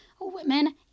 women